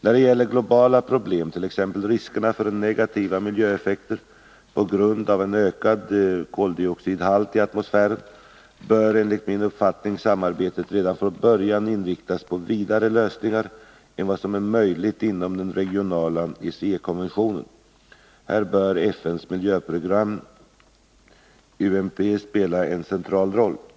När det gäller globala problem, t.ex. riskerna för negativa miljöeffekter på grund av en ökad koldioxidhalt i atmosfären, bör enligt min uppfattning samarbetet redan från början inriktas på vidare lösningar än vad som är möjligt inom den regionala ECE-konventionen. Här bör FN:s miljöprogram UNEP spela en central roll.